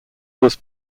was